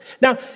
Now